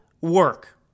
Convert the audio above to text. work